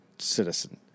Citizen